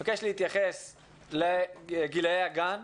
אני מבקש להתייחס לגילאי הגן,